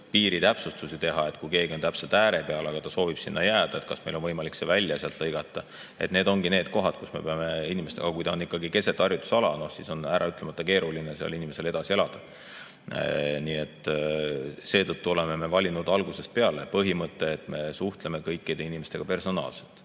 piiritäpsustusi teha? Kui keegi on täpselt ääre peal, aga ta soovib sinna jääda, siis kas meil on võimalik see sealt välja lõigata? Need ongi need kohad, kus me peame inimestega [arutama]. Kui ta on ikkagi keset harjutusala, no siis on äraütlemata keeruline seal inimesel edasi elada. Seetõttu oleme me valinud algusest peale põhimõtte, et me suhtleme kõikide inimestega personaalselt